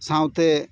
ᱥᱟᱶᱛᱮ